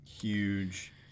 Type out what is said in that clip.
huge